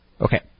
Okay